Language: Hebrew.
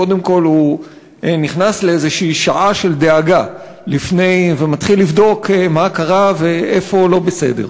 קודם כול הוא נכנס לשעה של דאגה ומתחיל לבדוק מה קרה ואיפה הוא לא בסדר,